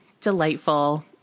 delightful